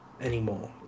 anymore